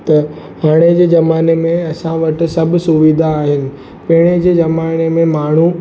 त हाणे जे ज़माने में असां वटि सभु सुविधा आहिनि पहिरें जे ज़माने में माण्हू